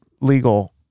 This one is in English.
legal